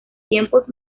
tiempos